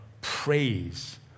praise